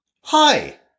hi